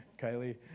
Kylie